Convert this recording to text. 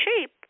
shape